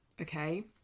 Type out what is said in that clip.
Okay